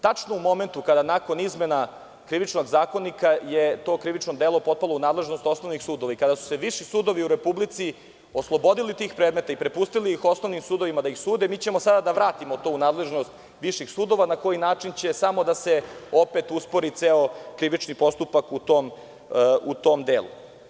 Tačno u momentu kada nakon izmena Krivičnog zakonika je to krivično delo potpalo u nadležnost osnovnih sudova i kada su se viši sudovi u Republici oslobodili tih predmeta i prepustili ih osnovnim sudovima da ih sude, mi ćemo sada da vratimo to u nadležnost viših sudova, na koji način će samo opet da se uspori ceo krivični postupak u tom delu.